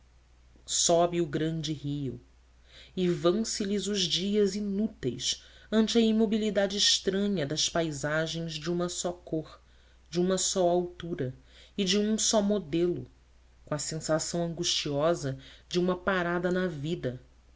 sobe o grande rio e vão se lhe os dias inúteis ante a imobilidade estranha das paisagens de uma só cor de uma só altura e de um só modelo com a sensação angustiosa